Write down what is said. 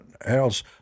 else